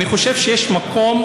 אני חושב שיש מקום,